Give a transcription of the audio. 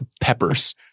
Peppers